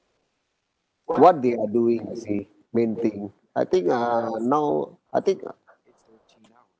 what they're doing you see main thing I think uh now I think